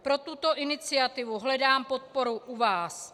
Pro tuto iniciativu hledám podporu u vás.